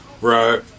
right